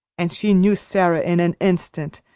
and she knew sara in an instant,